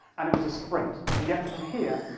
and it was a sprint to get from here,